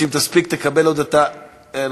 סמוטריץ, אם תספיק תקבל עוד את, .